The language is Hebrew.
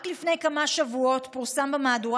רק לפני כמה שבועות פורסם במהדורה